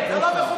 הם לא נורמליים,